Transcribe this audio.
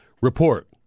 report